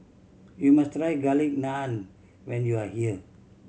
you must try Garlic Naan when you are here